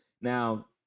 Now